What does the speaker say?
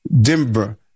Denver